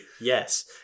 Yes